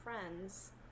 friends